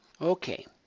okay